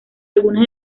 algunas